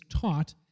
taught